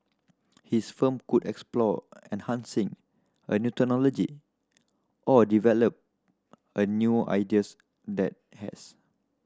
his firm could explore enhancing a new technology or develop a new ideas that has